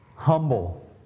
humble